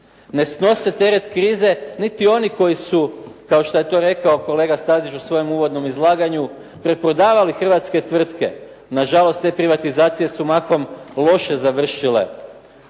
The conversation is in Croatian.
Ne snose teret krize niti oni koji su kao što je to rekao kolega Stazić u svojem uvodnom izlaganju preprodavali hrvatske tvrtke, nažalost te privatizacije su mahom loše završile.